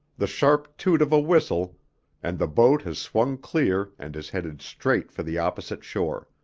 the sharp toot of a whistle and the boat has swung clear and is headed straight for the opposite shore.